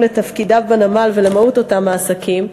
עם תפקידיו בנמל ועם מהות אותם העסקים,